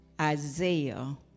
Isaiah